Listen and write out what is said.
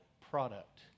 product